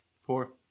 Four